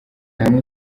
hamwe